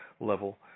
level